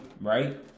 Right